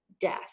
death